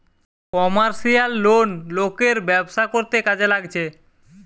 commercial loan লোকের ব্যবসা করতে কাজে লাগছে